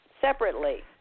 separately